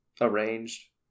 arranged